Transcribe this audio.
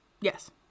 Yes